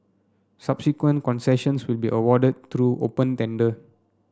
subsequent concessions will be awarded through open tender